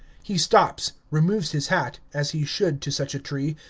he stops, removes his hat, as he should to such a tree,